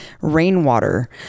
rainwater